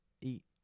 eat